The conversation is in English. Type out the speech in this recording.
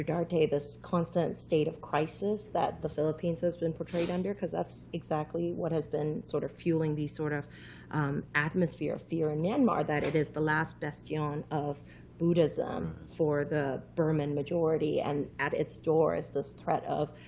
duterte, this constant state of crisis that the philippines has been portrayed under. because that's exactly what has been sort of fueling the sort of atmosphere of fear in myanmar, that it is the last bastion yeah ah and of buddhism for the burman majority. and at its doors, this threat of,